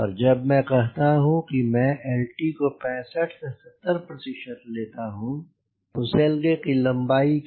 पर जब मैं करता हूँ मैं lt को 65 से 70 प्रतिशत लेता हूँ फुसेलगे की लंबाई का